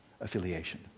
affiliation